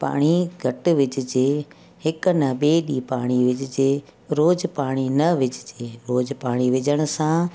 पाणी घटि विझिजे हिक न ॿिए ॾींहुं पाणी विझिजे रोज पाणी न विझिजे रोज पाणी विझण सां